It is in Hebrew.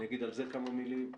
אני אגיד על זה כמה מילים.